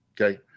Okay